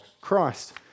Christ